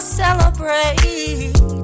celebrate